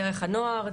דרך הנוער,